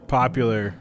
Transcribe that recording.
popular